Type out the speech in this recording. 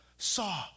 Saw